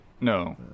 No